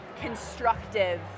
constructive